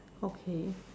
okay